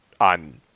on